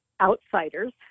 outsiders